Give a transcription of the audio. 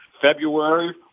February